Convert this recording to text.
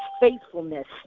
faithfulness